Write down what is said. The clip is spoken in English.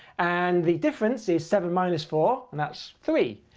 and the difference is seven minus four, and that's three.